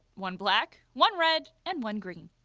one black, one red and one green.